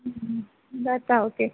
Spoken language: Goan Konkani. जाता ओके